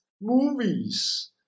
movies